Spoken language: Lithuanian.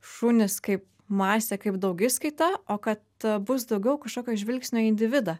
šunys kaip masė kaip daugiskaita o kad bus daugiau kažkokio žvilgsnio į individą